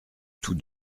tous